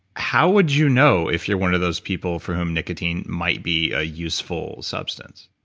how would you know if you're one of those people for whom nicotine might be a useful substance?